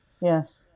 Yes